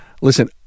listen